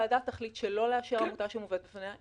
אם הוועדה תחליט שלא לאשר עמותה שמובאת בפניה,